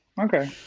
okay